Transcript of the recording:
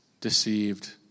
deceived